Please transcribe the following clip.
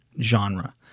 genre